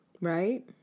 Right